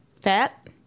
fat